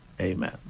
amen